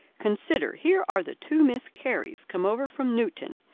consider, here are the two miss careys come over from newton,